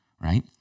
right